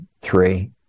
three